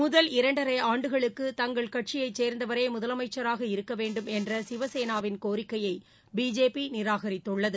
முதல் இரண்டரை ஆண்டுகளுக்கு தங்கள் கட்சியைச் சேர்ந்தவரே முதலமைச்சராக இருக்க வேண்டும் என்ற சிவசேனாவின் கோரிக்கையை பிஜேபி நிராகரித்துள்ளது